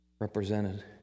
represented